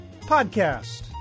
Podcast